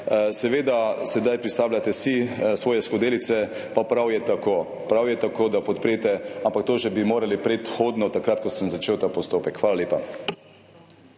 Seveda, sedaj pristavljate vsi svoje piskrčke, pa prav je tako. Prav je tako, da podprete, ampak to bi morali že predhodno, takrat ko sem začel ta postopek. Hvala lepa.